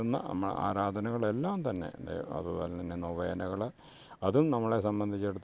ആരാധനകളെല്ലാം തന്നെ അതു പോലെ തന്നെ നൊവേനകൾ അതും നമ്മളെ സംബന്ധിച്ചിടത്തോളം